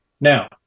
Now